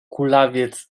kulawiec